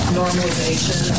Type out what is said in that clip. normalization